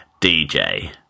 DJ